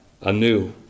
anew